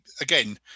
again